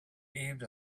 heaved